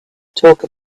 talk